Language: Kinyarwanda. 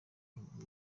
kagugu